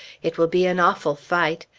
it will be an awful fight.